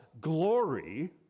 glory